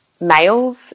males